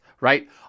right